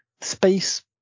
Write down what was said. space